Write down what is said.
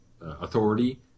authority